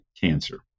cancer